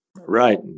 Right